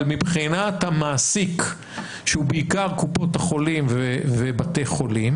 אבל מבחינת המעסיק שהוא בעיקר קופות החולים ובתי חולים,